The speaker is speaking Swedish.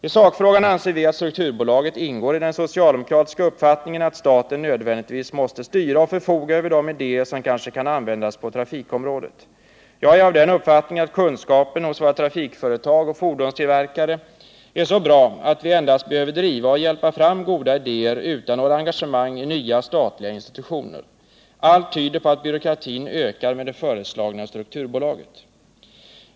I sakfrågan anser vi att strukturbolaget ingår i den socialdemokratiska modellen som innebär att staten nödvändigtvis måste styra och förfoga över de idéer som kanske kan användas på trafikområdet. Jag är av den uppfattningen att kunskapen hos våra trafikföretag och fordonstillverkare är så bra att vi endast behöver driva och hjälpa fram goda idéer utan några engagemang i nya statliga institutioner. Allt tyder på att byråkratin ökar med det föreslagna strukturbolaget.